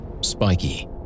spiky